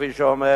כפי שהוא אומר,